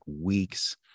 weeks